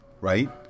Right